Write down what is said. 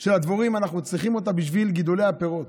של הדבורים אנחנו צריכים גם בשביל גידולי הפירות.